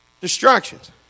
Distractions